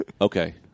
Okay